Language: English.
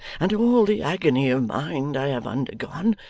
and all the agony of mind i have undergone,